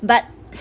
but